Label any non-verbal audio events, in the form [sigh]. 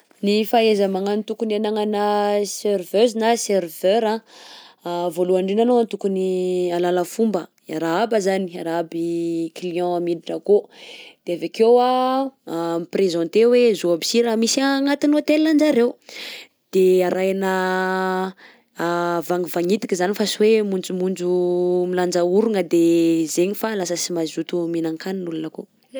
Ny fahaiza-magnano tokony anagnanà serveuse na serveur anh, [hesitation] voalohany indrindra anao tokony hahalala fomba, hiarahaba zany, hiarahaba i client miditra akao, de avy akeo miprésenter hoe zao aby si raha misy agnatin'ny hôtelan-jareo, de arahina [hesitation] vagnivanitika zany fa sy hoe monjomonjo milanja orogna de zaigny fa lasa sy mazoto mihinan-kanina olo akao. [noise]